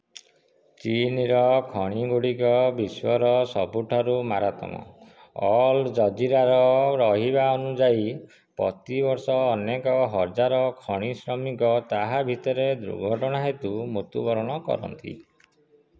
ଚୀନ୍ର ଖଣି ଗୁଡ଼ିକ ବିଶ୍ୱର ସବୁଠାରୁ ମାରାତ୍ମକ ଅଲ୍ ଜଜିରାର ରହିବା ଅନୁଯାୟୀ ପ୍ରତିବର୍ଷ ଅନେକ ହଜାର ଖଣି ଶ୍ରମିକ ତାହା ଭିତରେ ଦୁର୍ଘଟଣା ହେତୁ ମୃତ୍ୟୁବରଣ କରନ୍ତି